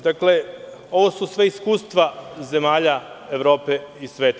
Dakle, ovo su sve iskustva zemalja Evrope i sveta.